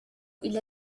إلى